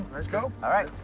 let's go. all right.